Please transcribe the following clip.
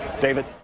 David